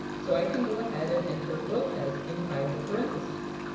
so i can go ahead and enter lopez inside the parentheses.